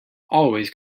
always